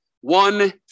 one